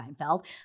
Seinfeld